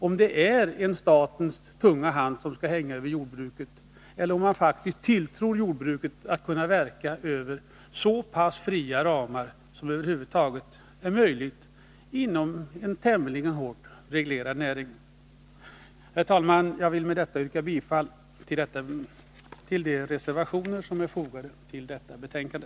Är det statens tunga hand som skall vila över jordbruket, eller tilltror man faktiskt jordbruket att kunna verka inom så pass fria ramar som över huvud taget är möjliga inom en tämligen hårt reglerad näring? Herr talman! Jag vill med detta yrka bifall till de reservationer som är fogade till detta betänkande.